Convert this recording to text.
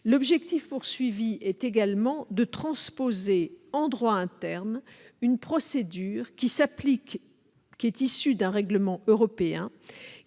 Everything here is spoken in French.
L'objectif poursuivi est également de transposer en droit interne une procédure issue d'un règlement européen